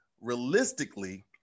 realistically